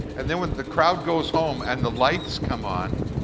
and then when the crowd goes home and the lights come on,